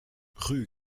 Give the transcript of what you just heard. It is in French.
rue